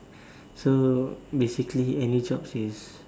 so basically any jobs is